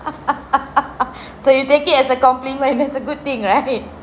so you take it as a compliment that's a good thing right